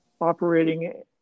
operating